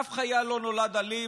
אף חייל לא נולד אלים,